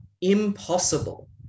impossible